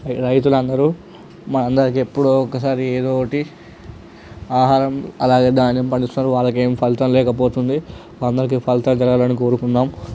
రైతులందరూ మనందరికీ ఎప్పుడో ఒకసారి ఏదో ఒకటి ఆహారం అలాగే ధాన్యం పండిస్తున్నారు వాళ్ళకి ఏం ఫలితం లేక పోతుంది అందరికి ఫలితాలు జరగాలని కోరుకుందాం